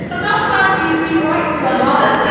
ah sometimes you see right to the heart. but